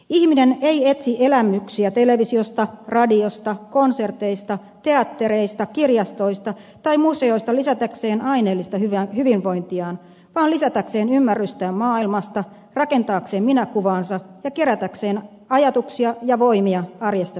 ihminen ei etsi elämyksiä televisiosta radiosta konserteista teattereista kirjastoista tai museoista lisätäkseen aineellista hyvinvointiaan vaan lisätäkseen ymmärrystään maailmasta rakentaakseen minäkuvaansa ja kerätäkseen ajatuksia ja voimia arjesta selviämiseen